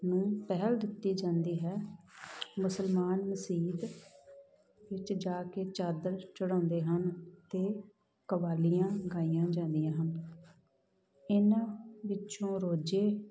ਨੂੰ ਪਹਿਲ ਦਿੱਤੀ ਜਾਂਦੀ ਹੈ ਮੁਸਲਮਾਨ ਮਸੀਤ ਵਿੱਚ ਜਾ ਕੇ ਚਾਦਰ ਚੜਾਉਂਦੇ ਹਨ ਅਤੇ ਕਵਾਲੀਆਂ ਗਾਈਆਂ ਜਾਂਦੀਆਂ ਹਨ ਇਹਨਾਂ ਵਿੱਚੋਂ ਰੋਜ਼ੇ